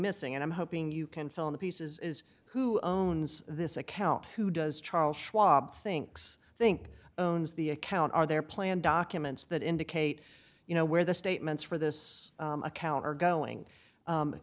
missing and i'm hoping you can fill in the pieces is who own this account who does charles schwab thinks think own is the account are there plan documents that indicate you know where the statements for this account are going